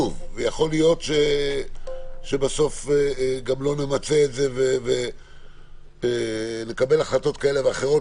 ויכול להיות שבסוף גם לא נמצה את זה ונקבל החלטות כאלה ואחרות,